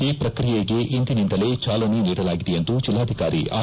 ಈ ಪ್ರಕ್ರಿಯೆಗೆ ಇಂದಿನಿಂದಲೇ ಚಾಲನೆ ನೀಡಲಾಗಿದೆ ಎಂದು ಜಿಲ್ಲಾಧಿಕಾರಿ ಆರ್